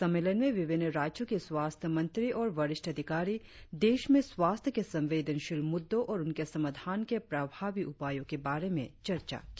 सम्मेलन में विभिन्न राज्यों के स्वास्थ्य मंत्री और वरिष्ठ अधिकारी देश में स्वास्थ्य के संवेदनशील मुद्दों और उनके समाधान के प्रभावी उपायों के बारे में चर्चा की